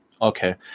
okay